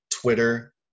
Twitter